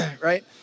Right